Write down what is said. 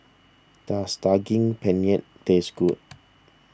does Daging Penyet taste good